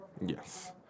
Yes